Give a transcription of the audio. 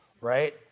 right